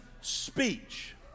speech